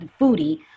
foodie